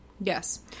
Yes